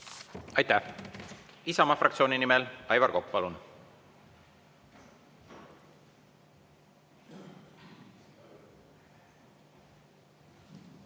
Aitäh! Isamaa fraktsiooni nimel Aivar Kokk, palun!